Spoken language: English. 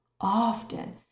often